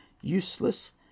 useless